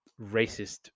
racist